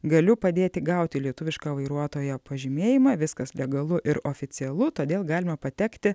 galiu padėti gauti lietuvišką vairuotojo pažymėjimą viskas legalu ir oficialu todėl galima patekti